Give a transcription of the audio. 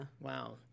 Wow